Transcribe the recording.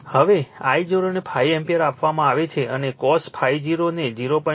હવે I0 ને 5 ampere આપવામાં આવેલ છે અને cos ∅0 ને 0